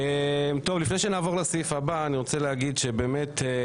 לפני שנעבור לסעיף הבא, אני רוצה להגיד שכולנו